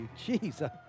Jesus